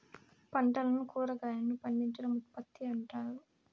పంటలను కురాగాయలను పండించడం ఉత్పత్తి అంటారు